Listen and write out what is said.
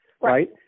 right